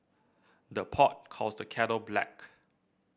the pot calls the kettle black